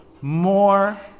more